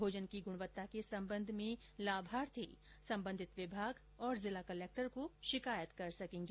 भोजन की गुणवत्ता के संबंध में लाभार्थी संबंधित विभाग और जिला कलेक्टर को शिकायत कर सकेगा